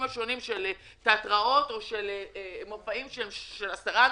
השונים של תיאטראות ושל מופעים שונים,